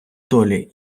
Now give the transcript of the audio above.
долі